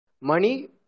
money